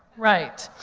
right.